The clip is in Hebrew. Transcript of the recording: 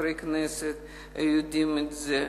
וחברי הכנסת יודעים את זה,